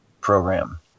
program